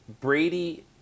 Brady